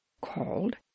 called